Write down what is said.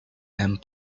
and